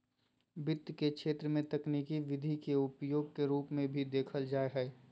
वित्त के क्षेत्र में तकनीकी विधि के उपयोग के रूप में भी देखल जा हइ